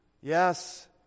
Yes